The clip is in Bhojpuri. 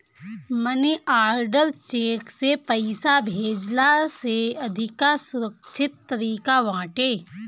मनी आर्डर चेक से पईसा भेजला से अधिका सुरक्षित तरीका बाटे